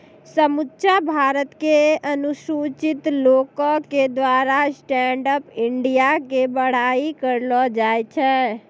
समुच्चा भारत के अनुसूचित लोको के द्वारा स्टैंड अप इंडिया के बड़ाई करलो जाय छै